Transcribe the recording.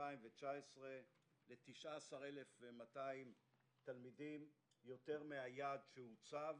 2019 ל-19,200 תלמידים יותר מהיעד שהוצב,